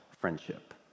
friendship